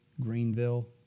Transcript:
Greenville